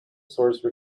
source